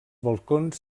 balcons